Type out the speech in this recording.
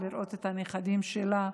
ולראות את הנכדים שלה,